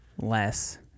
less